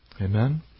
Amen